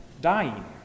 dying